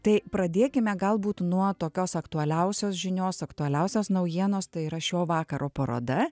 tai pradėkime galbūt nuo tokios aktualiausios žinios aktualiausios naujienos tai yra šio vakaro paroda